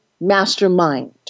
mastermind